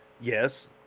yes